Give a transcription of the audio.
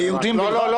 ליהודים